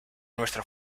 nuestro